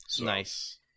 Nice